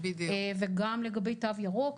וגם לגבי תו ירוק,